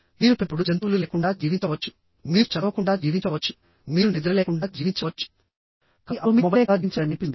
మీరు పెంపుడు జంతువులు లేకుండా జీవించవచ్చుమీరు చదవకుండా జీవించవచ్చు మీరు నిద్ర లేకుండా జీవించవచ్చు కానీ అప్పుడు మీరు మొబైల్ లేకుండా జీవించలేరని అనిపిస్తుంది